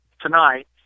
tonight